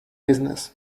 business